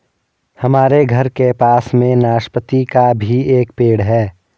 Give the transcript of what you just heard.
हमारे घर के पास में नाशपती का भी एक पेड़ है